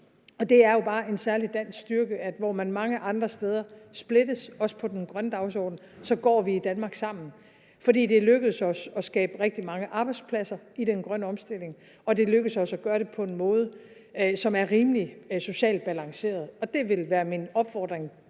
og det er jo bare en særlig dansk styrke. Hvor man mange andre steder splittes, også på den grønne dagsorden, går vi i Danmark sammen, fordi det er lykkedes os at skabe rigtig mange arbejdspladser i den grønne omstilling og det er lykkedes os at gøre det på en måde, som er rimelig og socialt balanceret. Det vil være min opfordring